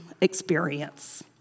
experience